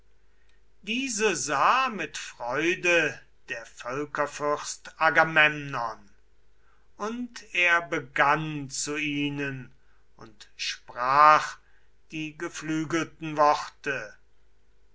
auch sah mit freude der völkerfürst agamemnon und er begann zu jenem und sprach die geflügelten worte